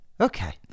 Okay